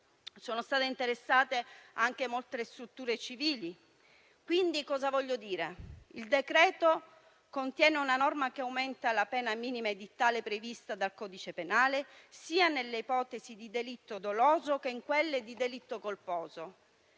Sono state interessate anche molte strutture civili. Il decreto-legge contiene una norma che aumenta la pena minima edittale prevista dal codice penale sia nelle ipotesi di delitto doloso che in quelle di delitto colposo.